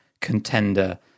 contender